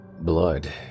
blood